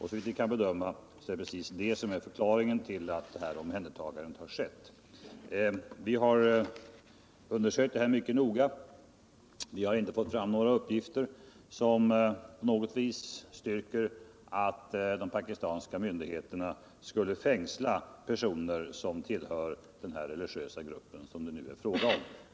Såvitt vi kan bedöma är detta förklaringen till att omhändertagande skett. Vi har undersökt detta mycket noga och inte fått fram några uppgifter som på något vis styrker att de pakistanska myndigheterna skulle fängsla personer som tillhör den här religiösa gruppen som det nu är fråga om.